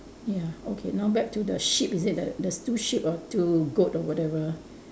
ya okay now back to the sheep is it there there's two sheep or two goat or whatever